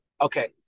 Okay